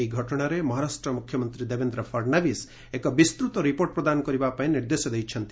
ଏହି ଘଟଣାରେ ମହାରାଷ୍ଟ୍ର ମୁଖ୍ୟମନ୍ତ୍ରୀ ଦେବେନ୍ଦ୍ର ଫଡନାବିସ୍ ଏକ ବିସ୍ତୃତ ରିପୋର୍ଟ ପ୍ରଦାନ କରିବା ପାଇଁ ନିର୍ଦ୍ଦେଶ ଦେଇଛନ୍ତି